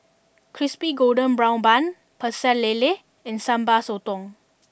Crispy Golden Brown Bun Pecel Lele and Sambal Sotong